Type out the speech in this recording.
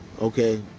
Okay